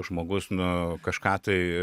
žmogus nu kažką tai